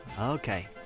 Okay